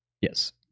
Yes